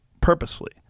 purposefully